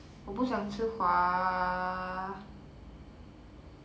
我不想吃华